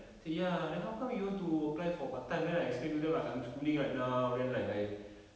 I said ya then how come you want to apply for part time then I explain to them like I'm schooling right now then like I